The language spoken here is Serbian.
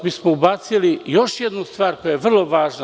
Mi smo ubacili još jednu stvar koja je vrlo važna.